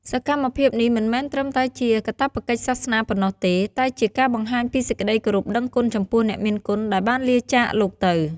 សកម្មភាពនេះមិនមែនត្រឹមតែជាកាតព្វកិច្ចសាសនាប៉ុណ្ណោះទេ តែជាការបង្ហាញពីសេចក្តីគោរពដឹងគុណចំពោះអ្នកមានគុណដែលបានលាចាកលោកទៅ។